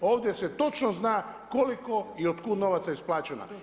Ovdje se točno zna koliko i od kud novaca je isplaćeno.